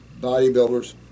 bodybuilders